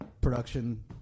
production